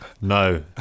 no